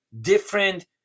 different